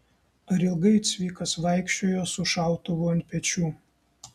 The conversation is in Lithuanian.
ar ilgai cvikas vaikščiojo su šautuvu ant pečių